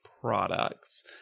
products